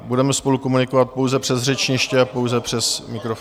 Budeme spolu komunikovat pouze přes řečniště a pouze přes mikrofon...